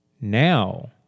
now